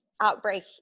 outbreak